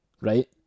right